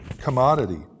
commodity